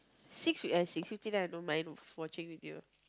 six uh six fifty then I don't mind watching with you